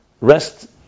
rest